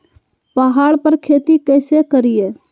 पहाड़ पर खेती कैसे करीये?